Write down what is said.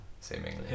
seemingly